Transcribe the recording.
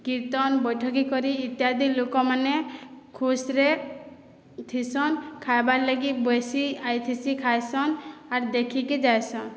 କୀର୍ତ୍ତନ୍ ବୈଠକି କରି ଇତ୍ୟାଦି ଲୁକମାନେ ଖୁସ୍ରେ ଥିସନ୍ ଖାଏବାର୍ଲାଗି ବେସି ଆଇଥିସି ଖାଇସନ୍ ଆର୍ ଦେଖିକି ଯାଏସନ୍